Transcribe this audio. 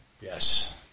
Yes